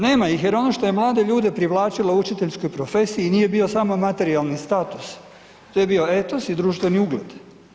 Nema ih jer ono što je mlade ljude privlačilo učiteljskoj profesiji nije bio samo materijalni status, to je bio ethos i društveni ugled.